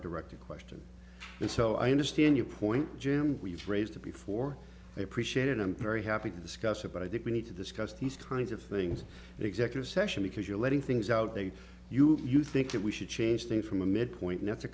director question and so i understand your point jim we've raised before they appreciate it i'm very happy to discuss it but i think we need to discuss these kinds of things executive session because you're letting things out they you you think that we should change things from the midpoint now it's a